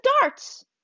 darts